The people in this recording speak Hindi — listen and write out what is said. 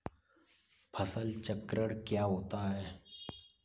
फसल चक्रण क्या होता है?